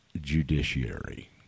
judiciary